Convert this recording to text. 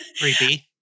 creepy